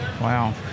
wow